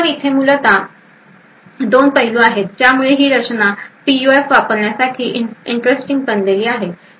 तर तेथे मूलत 2 पैलू आहेत ज्यामुळे ही रचना पीयूएफ म्हणून वापरण्यासाठी इंटरेस्टिंग बनली आहे